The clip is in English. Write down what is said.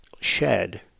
shed